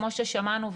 כמו ששמענו,